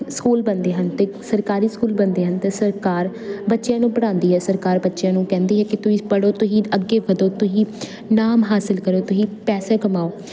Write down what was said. school ਬਣਦੇ ਹਨ ਅਤੇ ਸਰਕਾਰੀ ਸਕੂਲ ਬਣਦੇ ਹਨ ਅਤੇ ਸਰਕਾਰ ਬੱਚਿਆਂ ਨੂੰ ਪੜ੍ਹਾਉਂਦੀ ਹੈ ਸਰਕਾਰ ਬੱਚਿਆਂ ਨੂੰ ਕਹਿੰਦੀ ਹੈ ਕਿ ਤੁਸੀਂ ਪੜ੍ਹੋ ਤੁਸੀਂ ਅੱਗੇ ਵਧੋ ਤੁਸੀਂ ਨਾਮ ਹਾਸਲ ਕਰੋ ਤੁਸੀਂ ਪੈਸੇ ਕਮਾਓ